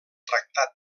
tractat